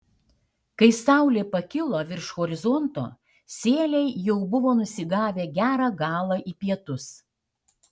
kai saulė pakilo virš horizonto sieliai jau buvo nusigavę gerą galą į pietus